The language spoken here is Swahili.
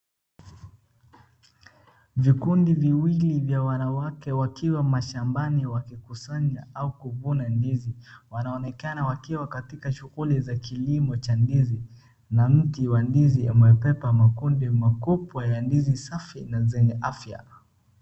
Vikundi viwili vya wanawake wakiwa mashambani wakikusanya au kuvuna ndizi, wanaonekana wakiwa katika shughuli za kilimo cha ndizi na mti wa ndizi umebeba makundi makubwa ya ndizi safi na zenye afya.